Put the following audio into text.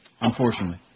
unfortunately